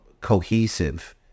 cohesive